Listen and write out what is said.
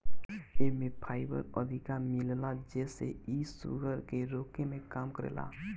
एमे फाइबर अधिका मिलेला जेसे इ शुगर के रोके में काम करेला